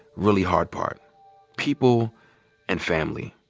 really hard part people and family.